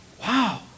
wow